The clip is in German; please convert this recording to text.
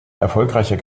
erfolgreicher